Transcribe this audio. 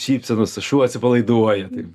šypsenos šuo atsipalaiduoja tai